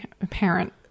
apparent